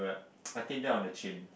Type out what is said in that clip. I sit there on the chin